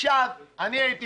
עכשיו, אני הייתי